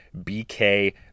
BK